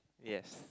yes